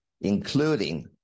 including